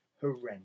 horrendous